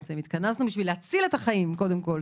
התכנסנו בשביל להציל את החיים קודם כול.